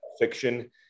fiction